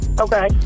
Okay